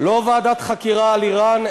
לא ועדת חקירה על איראן,